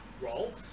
roll